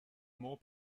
more